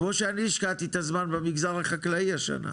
כמו שאני השקעתי את הזמן במגזר החקלאי השנה.